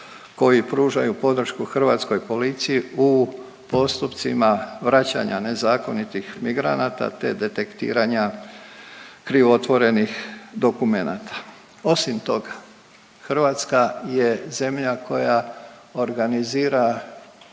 koji pružaju podršku hrvatskoj policiji u postupcima vraćanja nezakonitih migranata te detektiranja krivotvorenih dokumenata. Osim toga, Hrvatska je zemlja koja organizira